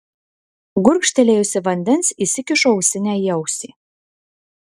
gurkštelėjusi vandens įsikišu ausinę į ausį